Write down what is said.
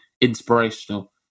inspirational